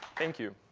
thank you.